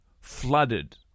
flooded